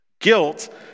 Guilt